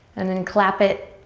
and then clap it.